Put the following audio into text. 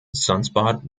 sunspot